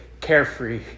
carefree